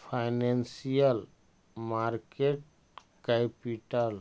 financial market capital